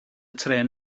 trên